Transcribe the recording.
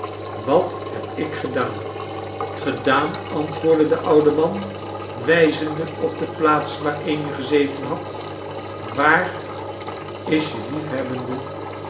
wat heb ik gedaan gedaan antwoordde de oude man wijzende op de plaats waar amy gezeten had waar is je liefhebbende